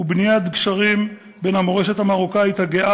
ובניית גשרים בין המורשת המרוקאית הגאה